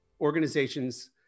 organizations